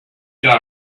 got